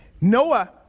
Noah